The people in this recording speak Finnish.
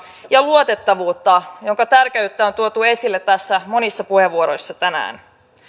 ja luotettavuutta jonka tärkeyttä on tuotu esille tässä monissa puheenvuoroissa tänään